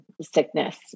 sickness